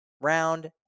round